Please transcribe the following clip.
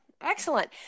Excellent